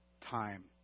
time